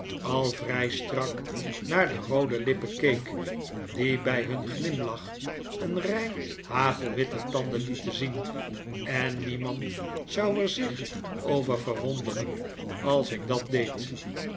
al vrij strak naar de roode lippen keek die bij hun glimlach een rij hagelwitte tanden lie t ten zien en niemand zou er zich over verwonderen als ik dat deed